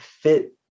fit